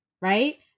right